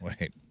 Wait